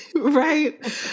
Right